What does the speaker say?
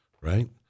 Right